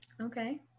Okay